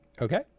Okay